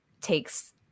takes